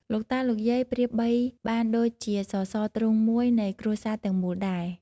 លោកតា លោកយាយប្រៀបបីបានដូចជាសសរទ្រូងមួយនៃគ្រួសារទាំងមូលដែរ។